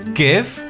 give